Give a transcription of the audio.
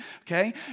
Okay